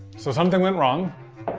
so something went wrong,